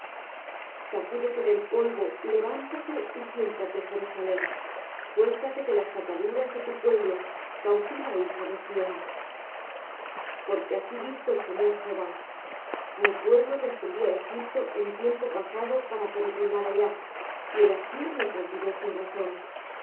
sacúdete del polvo levántate y siéntate jerusalem suéltate de las ataduras de tu cuello cautiva hija de sión porque así dice jehová de balde fuisteis vendidos por tanto sin dinero seréis rescatados porque así dijo el señor jehová mi pueblo descendió á egipto en tiempo pasado para peregrinar allá y el assur lo cautivó sin razón